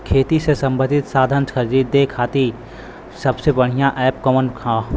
खेती से सबंधित साधन खरीदे खाती सबसे बढ़ियां एप कवन ह?